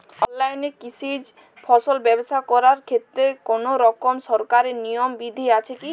অনলাইনে কৃষিজ ফসল ব্যবসা করার ক্ষেত্রে কোনরকম সরকারি নিয়ম বিধি আছে কি?